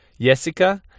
Jessica